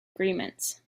agreements